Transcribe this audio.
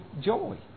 joy